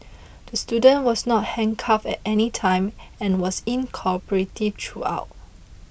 the student was not handcuffed at any time and was in cooperative throughout